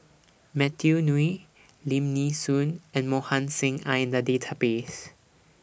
Matthew Ngui Lim Nee Soon and Mohan Singh Are in The Database